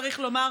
צריך לומר,